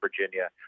Virginia